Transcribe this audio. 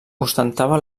ostentava